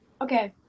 okay